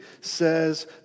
says